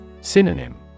Synonym